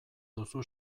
duzu